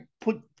put